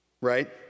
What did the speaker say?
right